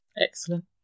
Excellent